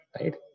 Right